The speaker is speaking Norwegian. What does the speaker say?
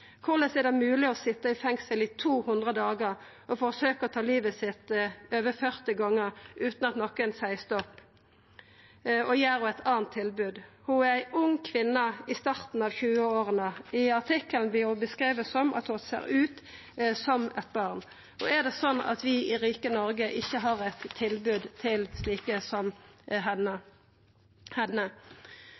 Korleis er det mogleg å sitja i fengsel i 200 dagar og forsøkja å ta livet sitt over 40 gonger utan at nokon seier stopp og gir ho eit anna tilbod? Ho er ei ung kvinne i starten av 20-åra. I artikkelen står det at ho ser ut som eit barn. Er det slik at vi i rike Noreg ikkje har eit tilbod til slike som